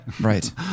Right